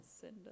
send